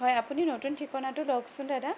হয় আপুনি নতুন ঠিকনাটো লওকচোন দাদা